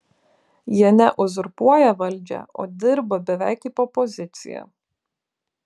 jie ne uzurpuoja valdžią o dirba beveik kaip opozicija